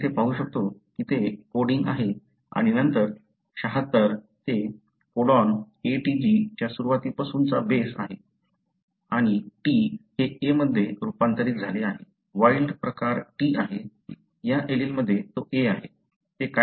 आपण इथे पाहू शकतो की ते कोडिंग आहे आणि नंतर 76 ते कोडॉन ATG च्या सुरुवातीपासूनचा बेस आहे आणि T हे A मध्ये रूपांतरित झाले आहे वाइल्ड प्रकार T आहे या एलीलमध्ये तो A आहे